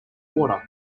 water